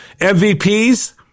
MVPs